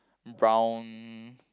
brown